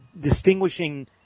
distinguishing